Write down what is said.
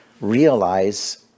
realize